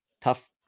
tough